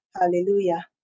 hallelujah